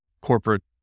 corporate